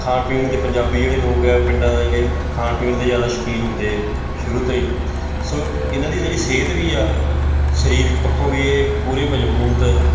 ਖਾਣ ਪੀਣ ਦੇ ਪੰਜਾਬੀ ਜਿਹੜੇ ਲੋਕ ਆ ਪਿੰਡਾਂ ਦੇ ਜਿਹੜੇ ਖਾਣ ਪੀਣ ਦੇ ਜ਼ਿਆਦਾ ਸ਼ੌਕੀਨ ਹੁੰਦੇ ਸ਼ੁਰੂ ਤੋਂ ਹੀ ਸੋ ਇਹਨਾਂ ਦੀ ਜਿਹੜੀ ਸਿਹਤ ਵੀ ਆ ਸਰੀਰਿਕ ਪੱਖੋਂ ਵੀ ਇਹ ਪੂਰੇ ਮਜ਼ਬੂਤ